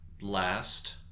Last